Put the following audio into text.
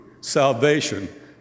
salvation